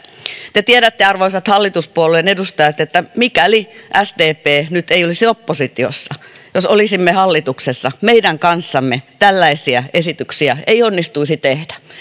te tiedätte arvoisat hallituspuolueiden edustajat että mikäli sdp nyt ei olisi oppositiossa jos olisimme hallituksessa meidän kanssamme tällaisia esityksiä ei onnistuisi tehdä